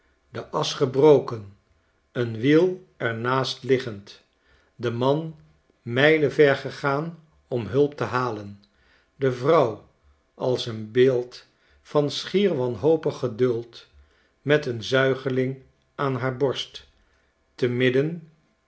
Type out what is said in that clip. de as gebroken een wiel er naast liggend de man mijlen ver gegaan om hulp te halen de vrouw als een beeld van schier wanhopig geduld met een zuigeling aan haar borst te midden